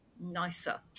nicer